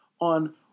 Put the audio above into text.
on